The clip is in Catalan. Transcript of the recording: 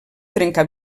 trencar